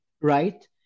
right